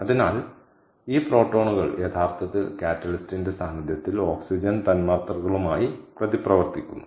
അതിനാൽ ഈ പ്രോട്ടോണുകൾ യഥാർത്ഥത്തിൽ കാറ്റലിസ്റ്റിന്റെ സാന്നിധ്യത്തിൽ ഓക്സിജൻ തന്മാത്രകളുമായി പ്രതിപ്രവർത്തിക്കുന്നു